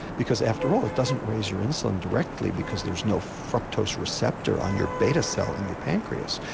because after all it doesn't raise your insulin directly because there's no fructose receptor on your beta cell in your pancreas.